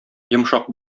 йомшак